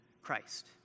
Christ